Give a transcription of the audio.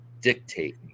dictate